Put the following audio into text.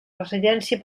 residència